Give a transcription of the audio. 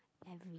have me